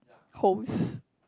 holes